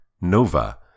Nova